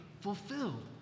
fulfilled